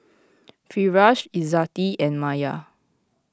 Firash Izzati and Maya